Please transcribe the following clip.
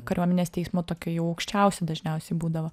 kariuomenės teismo tokia jau aukščiausi dažniausiai būdavo